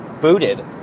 booted